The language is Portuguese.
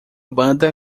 banda